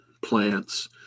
plants